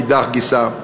מאידך גיסא.